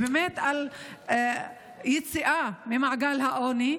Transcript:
ובאמת על יציאה ממעגל העוני,